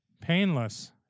Painless